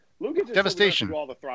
Devastation